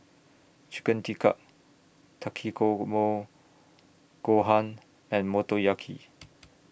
Chicken Tikka Takikomi Gohan and Motoyaki